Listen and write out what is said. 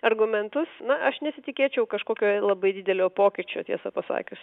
argumentus na aš nesitikėčiau kažkokio labai didelio pokyčio tiesą pasakius